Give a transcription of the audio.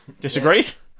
disagrees